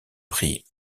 prix